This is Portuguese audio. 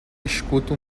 escuta